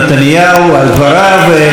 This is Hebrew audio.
חברי הכנסת, שימו לב.